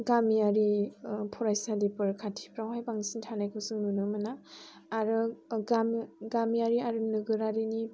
गामियारि फरायसालिफोर खाथिफोरावहाय बांसिन थानायखौ जों नुनो मोना आरो गामियारि आरो नोगोरारिनि